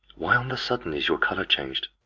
why on the sudden is your colour chang'd?